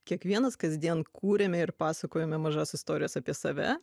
kiekvienas kasdien kūrėme ir pasakojome mažas istorijas apie save